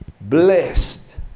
Blessed